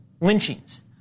lynchings